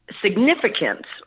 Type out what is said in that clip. significance